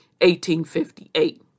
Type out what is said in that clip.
1858